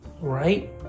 Right